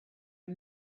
are